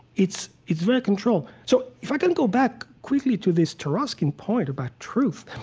it's it's very controlled so, if i can go back quickly to this taruskin point about truth,